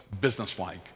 businesslike